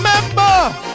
Remember